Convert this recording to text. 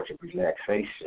relaxation